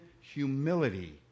humility